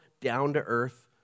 down-to-earth